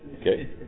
Okay